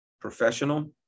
professional